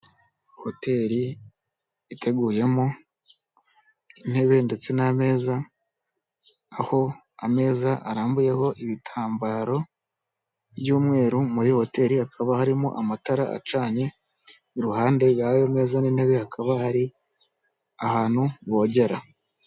Hoteri iteguyemo intebe ndetse n'ameza, aho ameza arambuyeho ibitambaro by'umweru muri iyo hoteli hakaba harimo amatara acanye, iruhande rw'ameza n'intebe hakaba hari ahantu bogera.